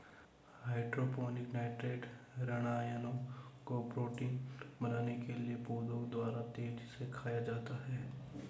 hydroponic nitrate ऋणायनों को protein बनाने के लिए पौधों द्वारा तेजी से खाया जाता है